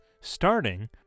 starting